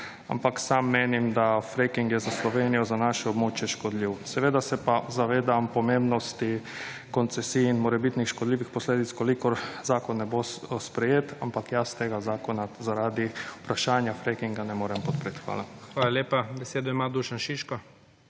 ampak sam menim, da fracking je za Slovenijo, za naše območje škodljiv. Seveda se pa zavedam pomembnosti koncesij in morebitnih škodljivih posledic, kolikor zakon ne bo sprejet, ampak jaz tega zakona zaradi vprašanja frackinga ne morem podpreti. Hvala. **PREDSEDNIK IGOR ZORČIČ:** Hvala lepa. Besedo ima Dušan Šiško.